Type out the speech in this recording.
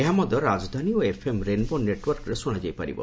ଏହା ମଧ୍ୟ ରାଜଧାନୀ ଏବଂ ଏଫ୍ଏମ୍ ରେନ୍ବୋ ନେଟ୍ୱାର୍କରେ ଶୁଣାଯାଇ ପାରିବ